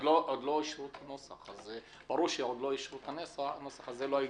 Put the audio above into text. עוד לא אישרו את הנוסח, אז הנוסח הזה לא הגיע.